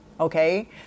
Okay